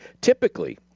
Typically